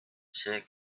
see